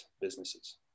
businesses